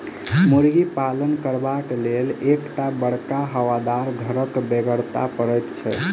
मुर्गी पालन करबाक लेल एक टा बड़का हवादार घरक बेगरता पड़ैत छै